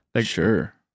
Sure